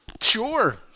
Sure